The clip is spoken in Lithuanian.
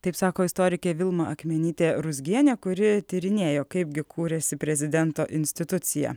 taip sako istorikė vilma akmenytė ruzgienė kuri tyrinėjo kaipgi kūrėsi prezidento institucija